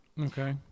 Okay